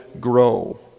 grow